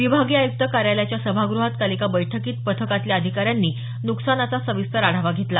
विभागीय आयुक्त कार्यालयाच्या सभागृहात काल एका बैठकीत पथकातल्या अधिकाऱ्यांनी नुकसानाचा सविस्तर आढावा घेतला